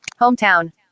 Hometown